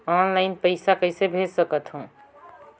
Online पइसा कइसे भेज सकत हो?